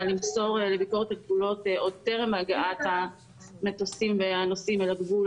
למסור לביקורת הגבולות עוד טרם הגעת המטוסים והנוסעים אל הגבול